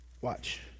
Watch